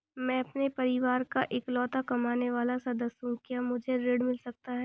मैं अपने परिवार का इकलौता कमाने वाला सदस्य हूँ क्या मुझे ऋण मिल सकता है?